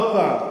עוד פעם,